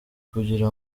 kugira